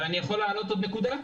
אבל אני יכול להעלות עוד נקודה?